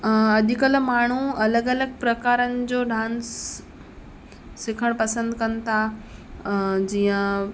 अॼकल्ह माण्हू अलॻि अलॻि प्रकारन जो डांस सिखण पसंदि कनि था जीअं